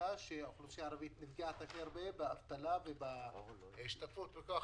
התעסוקה שהאוכלוסייה הערבית נפגעת הכי הרבה באבטלה ובהשתתפות בכוח